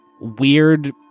weird